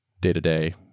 day-to-day